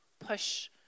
Push